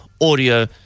audio